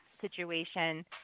situation